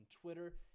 Twitter